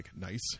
nice